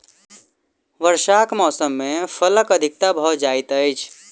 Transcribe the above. वर्षाक मौसम मे फलक अधिकता भ जाइत अछि